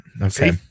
Okay